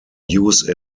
use